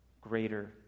greater